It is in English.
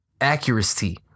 Accuracy